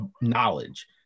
knowledge